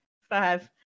five